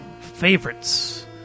favorites